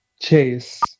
Chase